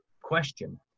question